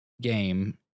game